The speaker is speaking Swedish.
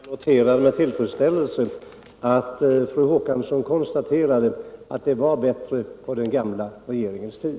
Herr talman! Jag noterar med tillfredsställelse att fru Håkansson konstaterade att det var bättre på den gamla regeringens tid.